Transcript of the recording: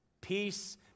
Peace